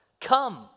come